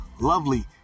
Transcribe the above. lovely